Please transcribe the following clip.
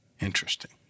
Interesting